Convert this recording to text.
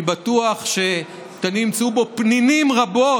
אני בטוח שתמצאו בו פנינים רבות.